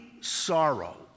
sorrow